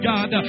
God